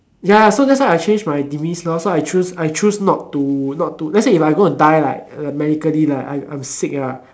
ya ya so that's why I change my demise lor so I choose I choose not to not to let's say if I'm going to die like medically like like I'm sick ya